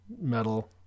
Metal